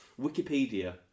Wikipedia